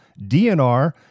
DNR